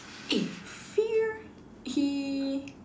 eh fear he